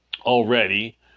already